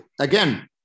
Again